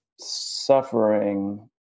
suffering